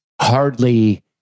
hardly